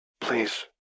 Please